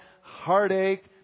heartache